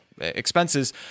expenses